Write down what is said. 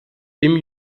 dem